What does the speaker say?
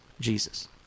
Jesus